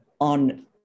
on